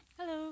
Hello